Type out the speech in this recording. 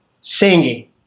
singing